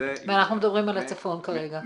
אנחנו מדברים על הצפון כרגע.